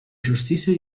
justícia